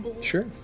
Sure